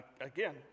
Again